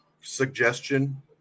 suggestion